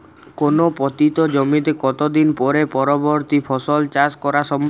কোনো পতিত জমিতে কত দিন পরে পরবর্তী ফসল চাষ করা সম্ভব?